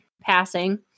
passing